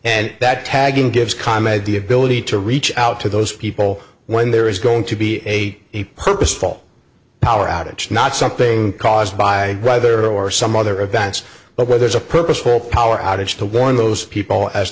and that tagging gives chama the ability to reach out to those people when there is going to be a purposeful power outage not something caused by brother or some other events but where there's a purposeful power outage to warn those people as